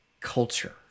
culture